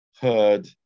heard